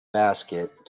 basket